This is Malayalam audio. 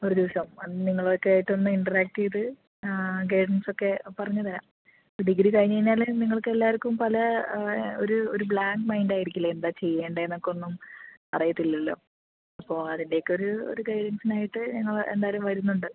ഒരു ദിവസം അന്ന് നിങ്ങളൊക്കെയായിട്ട് ഒന്ന് ഇൻ്ററാക്ട് ചെയ്ത് ഗൈഡൻസൊക്കെ പറഞ്ഞു തരാം ഡിഗ്രി കഴിഞ്ഞു കഴിഞ്ഞാൽ നിങ്ങൾക്കെല്ലാവർക്കും പല ഒരു ഒരു ബ്ലാങ്ക് മൈൻ്റായിരിക്കില്ലേ എന്താ ചെയ്യണ്ടെയെന്നൊക്കെ ഒന്നും അറിയത്തില്ലല്ലോ അപ്പോൾ അതിൻ്റെയൊക്കെ ഒരു ഒരു ഗൈഡൻസിനായിട്ട് ഞങ്ങൾ എന്തായാലും വരുന്നുണ്ട്